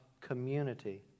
community